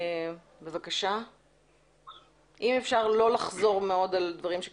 אם אפשר לא לחזור על דברים שנאמרו.